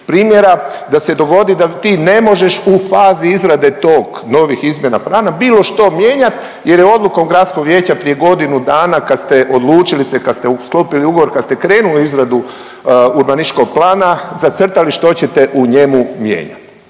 primjera da se dogodi da ti ne možeš u fazi izrade tog, novih izmjena plana bilo što mijenjati jer je odlukom gradskog vijeća prije godinu dana kad ste odlučili se, kad ste sklopili ugovor, kad ste krenuli u izradu urbanističkog plana zacrtali što ćete u njemu mijenjati.